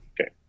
okay